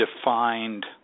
defined